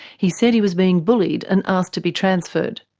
he said he was being bullied, and asked to be transferred.